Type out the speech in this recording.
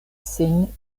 sin